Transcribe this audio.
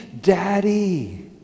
Daddy